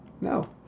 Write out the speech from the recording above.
No